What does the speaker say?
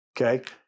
Okay